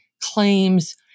claims